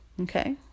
okay